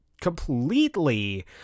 completely